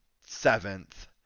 seventh